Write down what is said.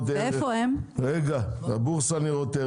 את הבורסה לניירות ערך,